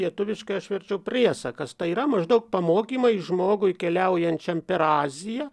lietuviškai aš verčiau priesakas tai yra maždaug pamokymai žmogui keliaujančiam per aziją